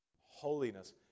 holiness